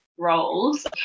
Roles